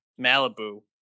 Malibu